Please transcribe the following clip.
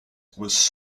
was